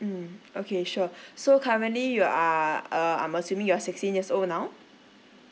mm okay sure so currently you are uh I'm assuming you are sixteen years old now